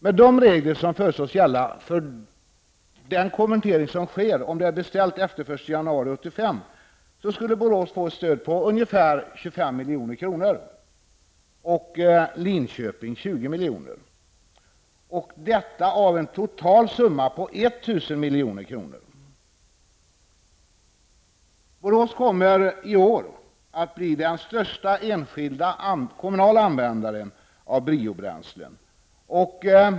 Med de regler som föreslås gälla för den konvertering som sker om det är beställt efter den 1 januari 1985 skulle Borås få ett stöd på ungefär 25 milj.kr. och Linköping ett stöd på 20 milj.kr. -- detta av en total summa på 1 000 miljoner. Borås kommer i år att bli den största enskilda kommunala användaren av biobränslen.